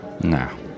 No